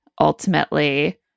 ultimately